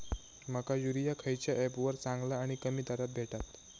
माका युरिया खयच्या ऍपवर चांगला आणि कमी दरात भेटात?